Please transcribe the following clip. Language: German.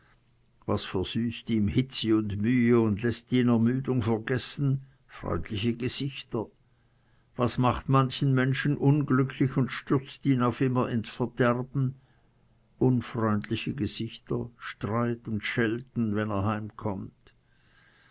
was versüßt ihm hitze und mühe und läßt ihn die ermüdung vergessen freundliche gesichter was macht manchen menschen unglücklich und stürzt ihn auf immer ins verderben unfreundliche gesichter streit und schelten wenn er